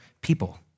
people